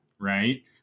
right